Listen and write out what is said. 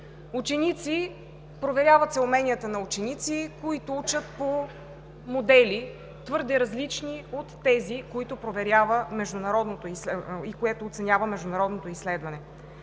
система. Проверяват се уменията на ученици, които учат по модели, твърде различни от тези, които проверява и оценява международното изследване.